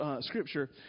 scripture